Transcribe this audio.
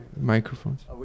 Microphones